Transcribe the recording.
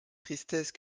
tristesse